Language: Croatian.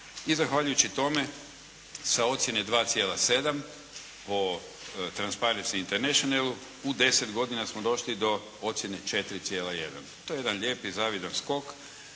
i zahvaljujući tome sa ocjene 2,7 po Transparency Internationalu u 10 godina smo došli do ocjene 4,1. To je jedan lijepi zavidan skok.